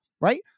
right